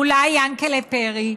אולי יענקל'ה פרי,